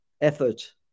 effort